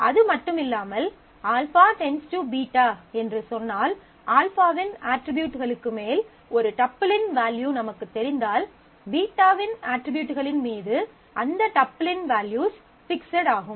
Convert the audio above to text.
அதுமட்டுமில்லாமல் α → β என்று சொன்னால் α வின் அட்ரிபியூட்களுக்கு மேல் ஒரு டப்பிளின் வேல்யூ நமக்குத் தெரிந்தால் β வின் அட்ரிபியூட்களின் மீது அந்த டப்பிளின் வேல்யூஸ் பிக்ஸ்ட் ஆகும்